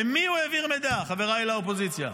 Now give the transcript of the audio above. למי הוא העביר מידע, חבריי לאופוזיציה?